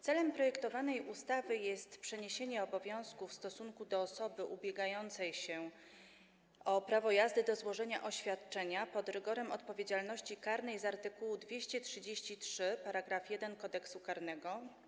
Celem projektowanej ustawy jest przeniesienie obowiązku, jeśli chodzi o osobę ubiegającą się o prawo jazdy, złożenia oświadczenia pod rygorem odpowiedzialności karnej z art. 233 § 1 Kodeksu karnego.